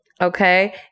Okay